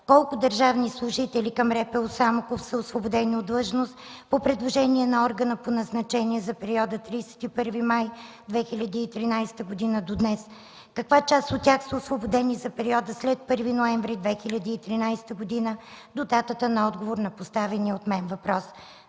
колко държавни служители към РПУ – Самоков, са освободени от длъжност по предложение на органа по назначение за периода от 31 май 2013 г. до днес? Каква част от тях са освободени за периода след 1 ноември 2013 г. до датата на отговор на поставения от мен въпрос?